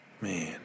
Man